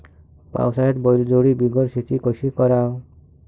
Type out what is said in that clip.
पावसाळ्यात बैलजोडी बिगर शेती कशी कराव?